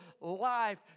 life